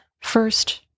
First